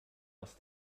aus